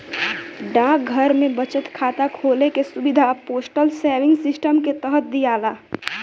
डाकघर में बचत खाता खोले के सुविधा पोस्टल सेविंग सिस्टम के तहत दियाला